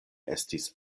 estis